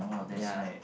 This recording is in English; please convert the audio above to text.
ya